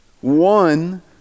one